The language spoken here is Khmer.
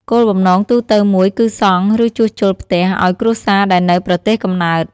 គោលបំណងទូទៅមួយគឺសង់ ឬជួសជុលផ្ទះឱ្យគ្រួសារដែលនៅប្រទេសកំណើត។